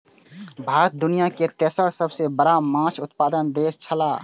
भारत दुनिया के तेसर सबसे बड़ा माछ उत्पादक देश छला